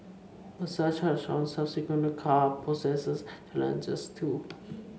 a surcharge on subsequent car poses challenges too